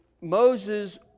Moses